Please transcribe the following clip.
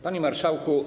Panie Marszałku!